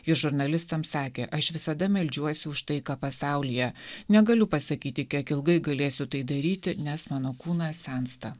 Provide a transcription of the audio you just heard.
jis žurnalistams sakė aš visada meldžiuosi už taiką pasaulyje negaliu pasakyti kiek ilgai galėsiu tai daryti nes mano kūnas sensta